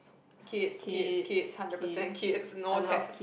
kids kids kids hundred percent kids no pets